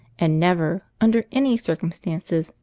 and never, under any circumstances,